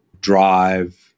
drive